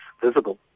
visible